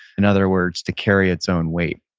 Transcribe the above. in other words to carry its own weight.